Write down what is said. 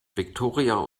viktoria